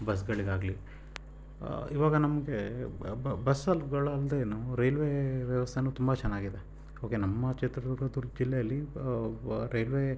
ಬಸ್ಗಳಿಗಾಗಲೀ ಇವಾಗ ನಮಗೆ ಬಸ್ ಗಳಲ್ದೇನು ರೈಲ್ವೇ ವ್ಯವಸ್ಥೇನೂ ತುಂಬ ಚೆನ್ನಾಗಿದೆ ಓಕೆ ನಮ್ಮ ಚಿತ್ರದುರ್ಗ ತುರ್ ಜಿಲ್ಲೆಯಲ್ಲಿ ರೈಲ್ವೇ